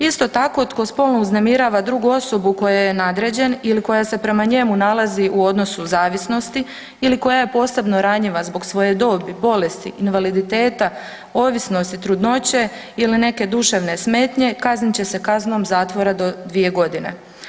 Isto tako tko spolno uznemirava drugu osobu kojoj je nadređen ili koja se prema njemu nalazi u odnosu zavisnosti ili koja je posebno ranjiva zbog svoje dobi, bolesti, invaliditeta, ovisnosti, trudnoće ili neke duševne smetnje kaznit će se kaznom zakona do dvije godine.